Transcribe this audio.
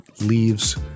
leaves